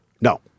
No